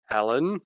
Alan